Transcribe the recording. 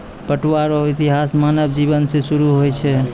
पटुआ रो इतिहास मानव जिवन से सुरु होय छ